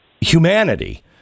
humanity